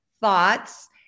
thoughts